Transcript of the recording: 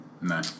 No